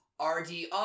RDR